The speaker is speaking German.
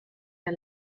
der